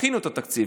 דחינו את התקציב.